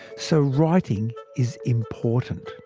so writing is important.